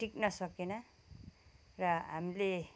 टिक्न सकेन र हामीले